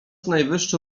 najwyższy